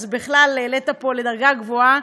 אז בכלל העלית פה לדרגה גבוהה.